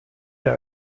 der